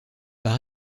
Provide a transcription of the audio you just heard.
par